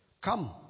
come